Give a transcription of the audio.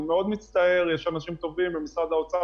מי שלא יסתדר זה האוכלוסיות בקצה.